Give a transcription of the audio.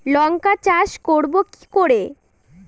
লঙ্কা চাষ করব কি করে?